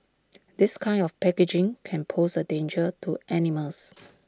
this kind of packaging can pose A danger to animals